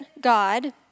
God